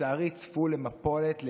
לצערי צפו למפולת,